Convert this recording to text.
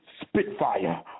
Spitfire